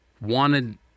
wanted